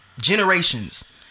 generations